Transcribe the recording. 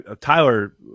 Tyler